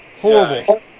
Horrible